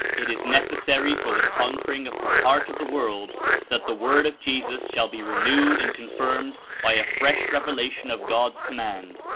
it is necessary for the con quering of the heart of the world that the word of jesus shall be renewed and confirmed by a fresh revelation of god's command,